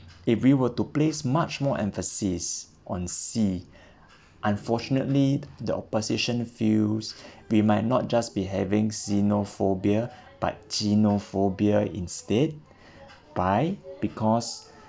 if we were to place much more emphasis on see unfortunately the opposition views we might not just be having xenophobia but genophobia instead why because